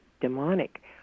demonic